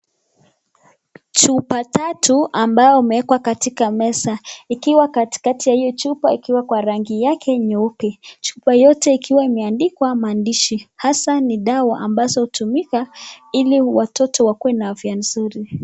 Chupa tatu ambao umewekwa katika meza ikiwa katikati ya hiyo chupa ikiwa kwa rangi yake nyeupe. Chupa yote ikiwa imeandikwa maandishi, hasa ni dawa ambazo hutumika ili watoto wakuwe na afya mzuri.